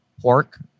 pork